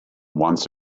once